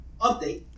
update